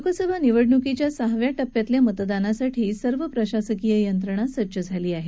लोकसभा निवडणुकीच्या सहाव्या टप्प्यातल्या मतदानासाठी सर्व प्रशासकीय यंत्रणा सज्ज झाली आहे